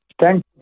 Thank